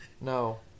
No